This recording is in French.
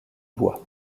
bois